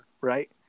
Right